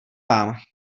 vám